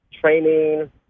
training